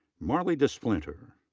marlee desplinter.